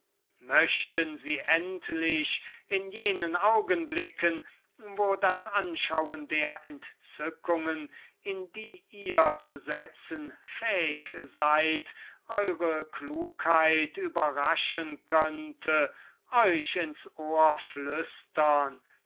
möchten sie endlich in jenen augenblicken wo das anschauen der entzückungen in die ihr zu setzen fähig seid eure klugheit überraschen könnte euch in die ohren flüstern